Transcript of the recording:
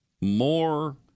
more